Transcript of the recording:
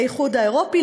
לאיחוד האירופי,